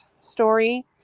story